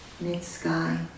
mid-sky